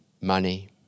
money